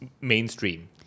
mainstream